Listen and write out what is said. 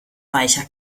weicher